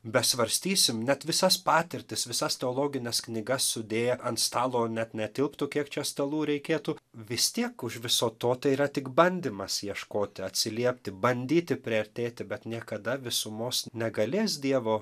besvarstysim net visas patirtis visas teologines knygas sudėję ant stalo net netilptų kiek čia stalų reikėtų vis tiek už viso to tai yra tik bandymas ieškoti atsiliepti bandyti priartėti bet niekada visumos negalės dievo